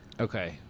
Okay